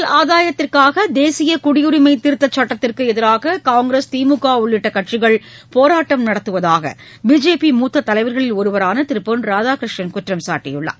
அரசியல் ஆதாயத்திற்காக தேசிய குடியுரிமை திருத்தச் சட்டத்திற்கு எதிராக காங்கிரஸ் திமுக உள்ளிட்ட கட்சிகள் போராட்டம் நடத்துவதாக பிஜேபி மூத்த தலைவர்களில் ஒருவரான திரு பொன் ராதாகிருஷ்ணன் குற்றம்சாட்டயுள்ளார்